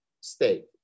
state